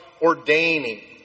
ordaining